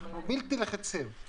אנחנו בלתי לחיצים.